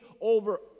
over